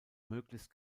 möglichst